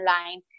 online